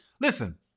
listen